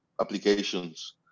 applications